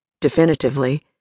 definitively